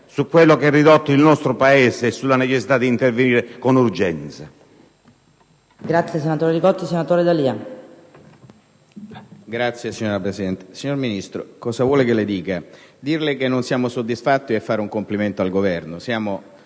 no idea di come è ridotto il nostro Paese e della necessità di intervenire con urgenza?